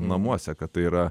namuose kad tai yra